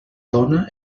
dona